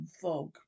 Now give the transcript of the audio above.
fog